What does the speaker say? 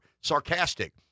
sarcastic